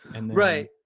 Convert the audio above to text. Right